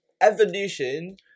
evolution